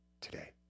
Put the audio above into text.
today